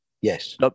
Yes